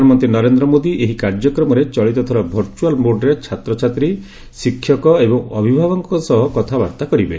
ପ୍ରଧାନମନ୍ତ୍ରୀ ନରେନ୍ଦ୍ର ମୋଦୀ ଏହି କାର୍ଯ୍ୟକ୍ରମରେ ଚଳିତ ଥର ଭର୍ଚୁଆଲ୍ ମୋଡ୍ରେ ଛାତ୍ରଛାତ୍ରୀ ଶିକ୍ଷକ ଏବଂ ଅଭିଭାବକଙ୍କ ସହ କଥାବାର୍ତ୍ତା କରିବେ